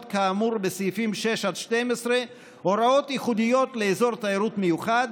כאמור בסעיפים 6 12 הוראות ייחודיות לאזור תיירות לאזור תיירות מיוחד,